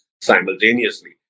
simultaneously